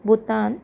Bhutan